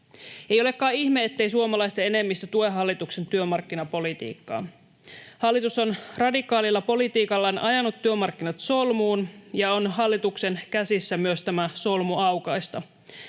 Ei olekaan ihme, ettei suomalaisten enemmistö tue hallituksen työmarkkinapolitiikkaa. Hallitus on radikaalilla politiikallaan ajanut työmarkkinat solmuun, ja on hallituksen käsissä myös tämä solmu aukaista.